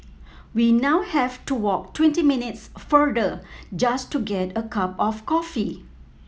we now have to walk twenty minutes further just to get a cup of coffee